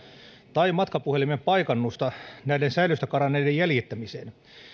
tai matkapuhelimen paikannusta näiden säilöstä karanneiden jäljittämiseen